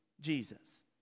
Jesus